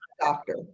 doctor